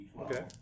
Okay